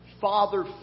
father